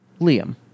Liam